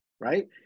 right